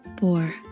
Four